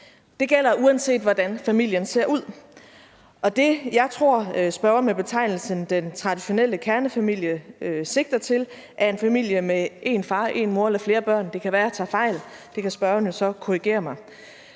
Det gælder, uanset hvordan familien ser ud, og det, jeg tror spørgeren med betegnelsen den traditionelle kernefamilie sigter til, er en familie med en far, en mor eller flere børn. Det kan være, jeg tager fejl – der kan spørgeren jo så korrigere mig.